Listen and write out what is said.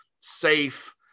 safe